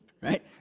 right